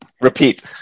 repeat